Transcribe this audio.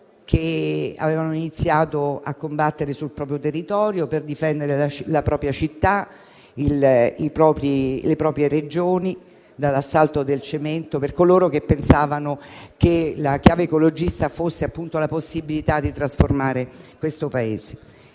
che avevano iniziato a combattere sul proprio territorio per difendere la propria città e le proprie Regioni dall'assalto del cemento, di coloro che pensavano che la chiave ecologista fosse la possibilità di trasformare questo Paese.